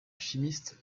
chimiste